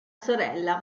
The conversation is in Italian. sorella